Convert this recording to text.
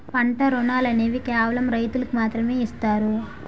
పంట రుణాలు అనేవి కేవలం రైతులకు మాత్రమే ఇస్తారు